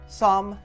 Psalm